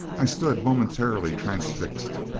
i stood momentarily transfixed.